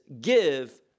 give